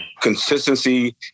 consistency